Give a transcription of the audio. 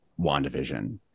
WandaVision